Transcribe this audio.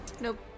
Nope